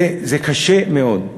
וזה קשה מאוד,